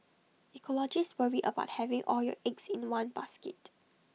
ecologists worry about having all your eggs in one basket